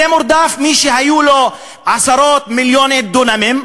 נרדף זה מי שהיו לו עשרות-מיליוני דונמים,